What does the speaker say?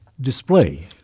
display